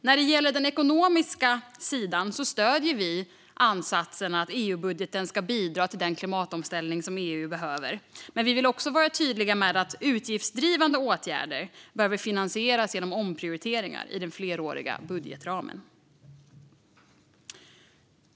När det gäller den ekonomiska sidan stöder vi ansatsen att EU-budgeten ska bidra till den klimatomställning som EU behöver, men vi vill också vara tydliga med att utgiftsdrivande åtgärder behöver finansieras genom omprioriteringar i den fleråriga budgetramen.